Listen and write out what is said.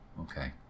Okay